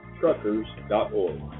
Truckers.org